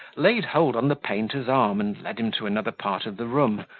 laid hold on the painter's arm, and led him to another part of the room,